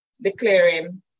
declaring